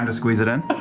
and squeeze it in?